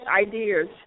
ideas